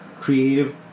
creative